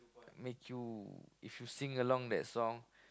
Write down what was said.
make you if you sing along that song